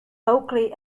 oakley